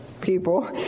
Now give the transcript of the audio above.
people